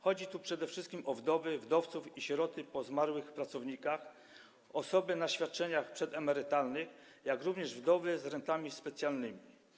Chodzi tu przede wszystkim o wdowy, wdowców i sieroty po zmarłych pracownikach, osoby mające świadczenia przedemerytalne, jak również wdowy z rentami specjalnymi.